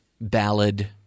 ballad